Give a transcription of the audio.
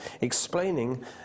explaining